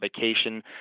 vacation